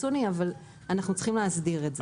קיצוני אבל אנחנו צריכים להסדיר את זה.